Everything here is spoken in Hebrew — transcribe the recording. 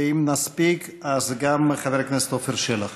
ואם נספיק אז גם חבר הכנסת עפר שלח.